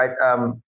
right